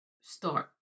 start